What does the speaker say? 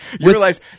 realize